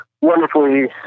wonderfully